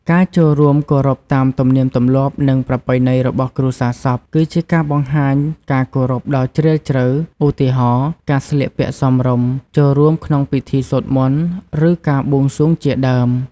ការចូលរួមគោរពតាមទំនៀមទម្លាប់ និងប្រពៃណីរបស់គ្រួសារសព គឺជាការបង្ហាញការគោរពដ៏ជ្រាលជ្រៅ ឧទាហរណ៍ ការស្លៀកពាក់សមរម្យ ចូលរួមក្នុងពិធីសូត្រមន្ត ឬការបួងសួងជាដើម។